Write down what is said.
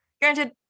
granted